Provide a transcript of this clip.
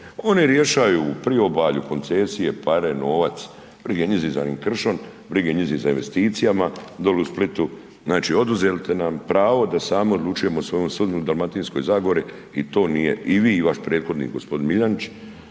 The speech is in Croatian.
Oni rješavaju u priobalju koncesije, pare, novac, briga njih za onih kršom, briga njih za investicijama, dolje u Splitu, znači oduzeli ste nam pravo da sami odlučujemo o svojoj sudbini u Dalmatinskoj zagori i to nije i vi i vaš prethodnik g. Miljenić